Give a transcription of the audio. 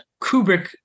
Kubrick